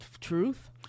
truth